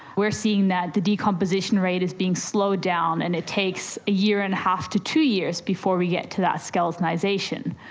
we are seeing that the decomposition rate is being slowed down and it takes a year-and-a-half to two years before we get to that skeletonisation.